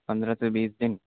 پندرہ سے بیس دن